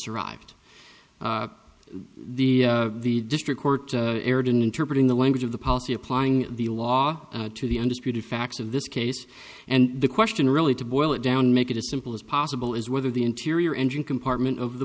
survived the the district court aired an interpreter in the language of the policy applying the law to the undisputed facts of this case and the question really to boil it down make it a simple as possible is whether the interior engine compartment of the